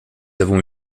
avons